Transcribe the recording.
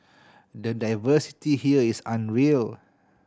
the diversity here is unreal